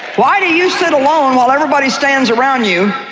why do you sit alone while everybody stands around you,